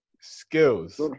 skills